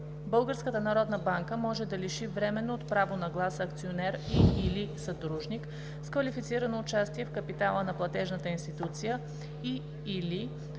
Българската народна банка може да лиши временно от право на глас акционер и/или съдружник с квалифицирано участие в капитала на платежната институция и/или